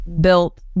built